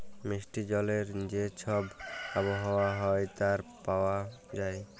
মিষ্টি জলের যে ছব আবহাওয়া হ্যয় আর পাউয়া যায়